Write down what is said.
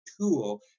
tool